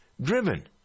driven